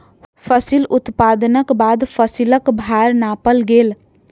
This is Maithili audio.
फसिल उत्पादनक बाद फसिलक भार नापल गेल